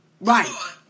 right